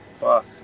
fuck